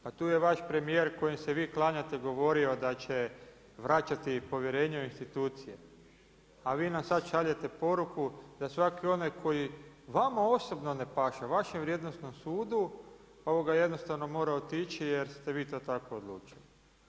Pa tu je vaš premijer kojem se vi klanjate govorio da će vraćati povjerenje u institucije a vi nam sada šaljete poruku da svaki onaj koji vama osobno ne paše, vašem vrijednosnom sudu jednostavno mora otići jer ste vi to tako odlučili.